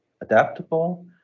adaptable